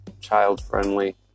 child-friendly